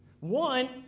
One